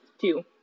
Two